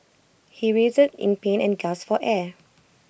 he writhed in pain and gasped for air